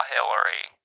Hillary